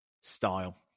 style